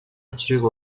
учрыг